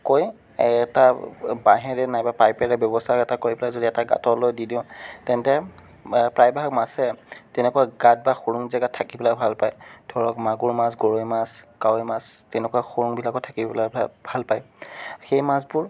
কৈ এটা বাঁহেৰে নাইবা পাইপেৰে ব্যৱস্থা এটা কৰি পেলাই যদি এটা গাঁতলৈ দি দিওঁ তেন্তে প্ৰায় ভাগ মাছে তেনেকুৱা গাঁত বা খোৰোং জেগাত থাকিবলৈ ভাল পায় ধৰক মাগুৰ মাছ গৰৈ মাছ কাৱৈ মাছ তেনেকুৱা খোৰোং বিলাকত থাকিবলে ভাল পায় সেই মাছবোৰ